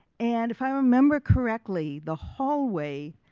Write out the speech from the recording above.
and if i remember correctly the hallway